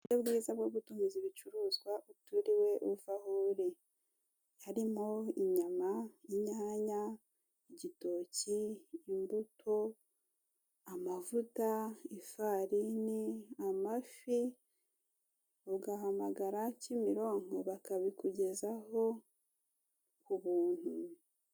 Ubwiza bwo gutumiza ibicuruzwa uturiwe uva aho uri, harimo inyama, inyanya, igitoki imbuto, amavuta, ifarini, amafi, ugahamagara Kimironko bakabikugezaho ku buntu.